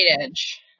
edge